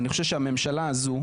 אני חושב שהממשלה הזו,